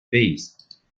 base